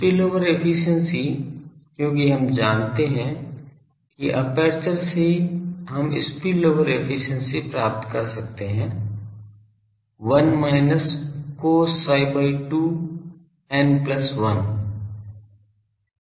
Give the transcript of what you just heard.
spillover efficiency क्योंकि हम जानते हैं कि एपर्चर से हम स्पिलओवर एफिशिएंसी पा सकते हैं 1 minus cos psi by 2 n plus 1